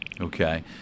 Okay